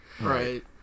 right